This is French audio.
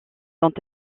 dont